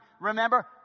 remember